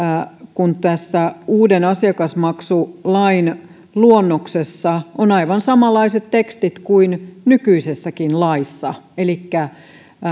koska tässä uuden asiakasmaksulain luonnoksessa on aivan samanlaiset tekstit kuin nykyisessäkin laissa elikkä